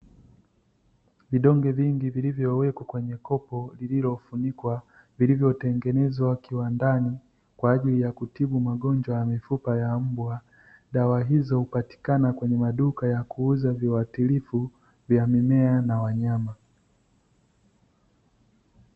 Vidonge vingi vilivyowekwa kwenye kopo lililofunikwa, vilivyotengenezwa kiwandani kwa ajili ya kutibu magonjwa ya mifupa ya mbwa. Dawa hizo hupatikana kwenye maduka ya kuuza viuatilifu vya mimea na wanyama.